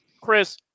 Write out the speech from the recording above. Chris